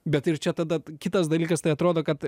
bet ir čia tada kitas dalykas tai atrodo kad